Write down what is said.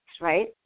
right